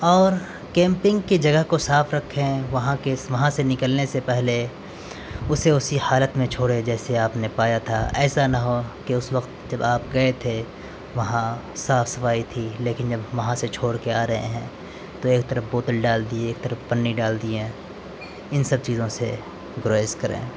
اور کیمپنگ کی جگہ کو صاف رکھیں وہاں کے وہاں سے نکلنے سے پہلے اسے اسی حالت میں چھوڑیں جیسے آپ نے پایا تھا ایسا نہ ہو کہ اس وقت جب آپ گئے تھے وہاں صاف صفائی تھی لیکن جب وہاں سے چھوڑ کے آ رہے ہیں تو ایک طرف بوتل ڈال دی ایک طرف پنی ڈال دیا ان سب چیزوں سے گریز کریں